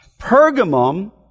Pergamum